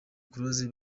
close